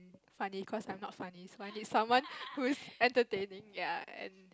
funny is because I'm not funny so he's someone who's entertaining ya and